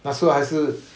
那时候还是